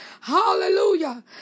hallelujah